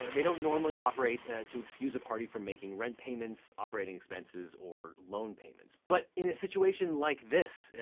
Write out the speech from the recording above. they don't normally operate to excuse a party from making rent payments, operating expenses, or loan payments. but in a situation like this,